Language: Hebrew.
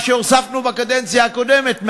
מה שהוספנו בקדנציה הקודמת,